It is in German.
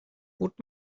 bot